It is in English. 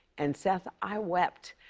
and, seth, i wept.